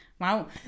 Wow